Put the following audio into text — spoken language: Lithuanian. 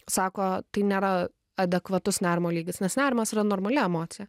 sako tai nėra adekvatus nerimo lygis nes nerimas yra normali emocija